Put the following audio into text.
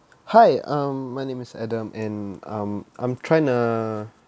hi um my name is adam and um I'm trying to